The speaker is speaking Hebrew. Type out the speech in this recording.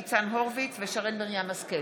ניצן הורוביץ ושרן מרים השכל